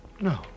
No